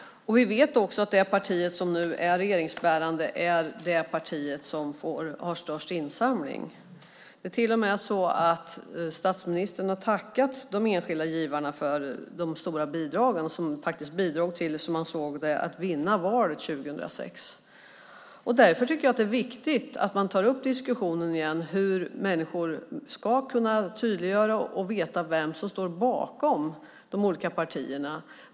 Vi vet också att det parti som nu är regeringsbärande är det parti som har den största insamlingen. Statsministern har till och med tackat enskilda givare för de stora bidrag som faktiskt, som man såg det, bidrog till valvinsten 2006. Därför tycker jag att det är viktigt att igen ta upp diskussionen om hur man kan tydliggöra här - om hur människor ska kunna veta vem som står bakom de olika partierna.